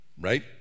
right